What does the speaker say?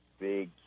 big